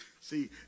See